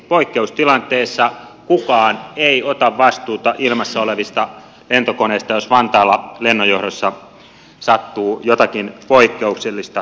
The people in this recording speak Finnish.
poikkeustilanteessa kukaan ei ota vastuuta ilmassa olevista lentokoneista jos vantaalla lennonjohdossa sattuu jotakin poikkeuksellista